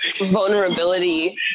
vulnerability